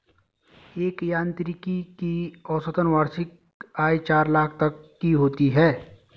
एक यांत्रिकी की औसतन वार्षिक आय चार लाख तक की होती है